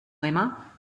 ema